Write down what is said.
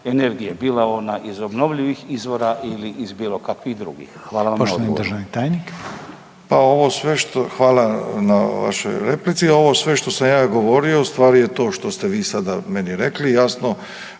energije, bila ona iz obnovljivih izvora ili iz bilo kakvih drugih? Hvala vam na odgovoru. **Reiner, Željko (HDZ)** Poštovani državni tajnik. **Milatić, Ivo** Pa ovo sve što, hvala na vašoj replici. Ovo sve što sam ja govorio ustvari je to što ste vi sada meni rekli, jasni,